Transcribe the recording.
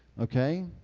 Okay